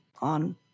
on